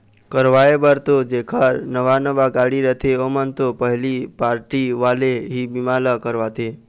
करवाय बर तो जेखर नवा नवा गाड़ी रथे ओमन तो पहिली पारटी वाले ही बीमा ल करवाथे